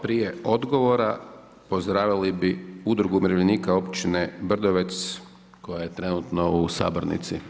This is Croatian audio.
Prije odgovora, pozdravili bi Udrugu umirovljenika Općine Brdovec koja je trenutno u sabornici.